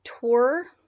tour